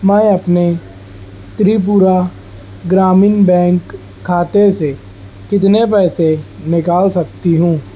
میں اپنے تریپورہ گرامین بینک کھاتے سے کتنے پیسے نکال سکتی ہوں